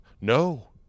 No